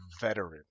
veteran